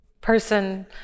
person